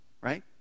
right